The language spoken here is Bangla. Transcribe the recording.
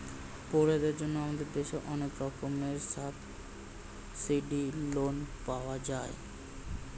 পড়ুয়াদের জন্য আমাদের দেশে অনেক রকমের সাবসিডাইস্ড্ লোন পাওয়া যায়